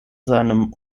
seinem